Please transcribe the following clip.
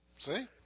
See